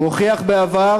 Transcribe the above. הוא הוכיח בעבר.